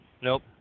Nope